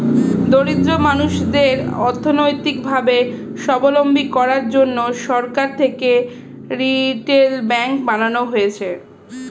দরিদ্র মানুষদের অর্থনৈতিক ভাবে সাবলম্বী করার জন্যে সরকার থেকে রিটেল ব্যাঙ্ক বানানো হয়েছে